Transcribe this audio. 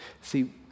See